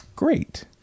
Great